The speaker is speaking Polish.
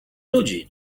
ludzi